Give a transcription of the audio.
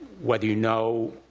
whether you know